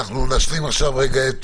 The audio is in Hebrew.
נעבור לארז קמיניץ שישלים את דבריו.